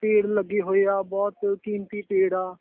ਪੇੜ ਲੱਗੇ ਹੋਏ ਆ ਬਹੁਤ ਕੀਮਤੀ ਪੇੜ ਆ